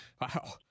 wow